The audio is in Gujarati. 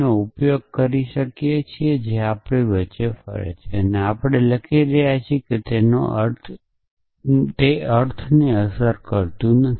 નો ઉપયોગ કરીએ છીએ તે આપણી વચ્ચે ફરી છે તે આપણે જે લખી રહ્યા છીએ તેના અર્થને અસર કરતું નથી